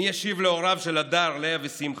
מי ישיב להוריו של הדר, לאה ושמחה?